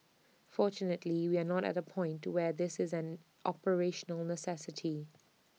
fortunately we are not at A point to where this is an operational necessity